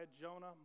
Jonah